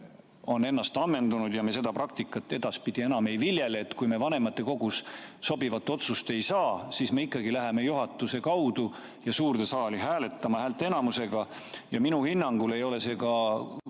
on ennast ammendanud ja me seda praktikat edaspidi enam ei viljele, et kui me vanematekogus sobivat otsust ei saa, siis me ikkagi läheme juhatuse kaudu ja suurde saali hääletama häälteenamusega? Minu hinnangul ei ole see ka